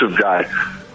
guy